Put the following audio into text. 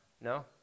no